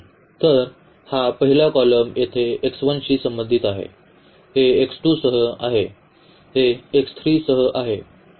तर हा पहिला कॉलम येथे शी संबंधित आहे हे सह आहे हे सह आहे